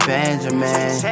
Benjamin